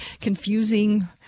confusing